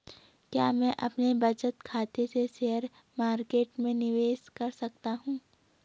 क्या मैं अपने बचत खाते से शेयर मार्केट में निवेश कर सकता हूँ?